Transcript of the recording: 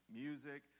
music